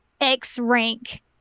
X-rank